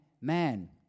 man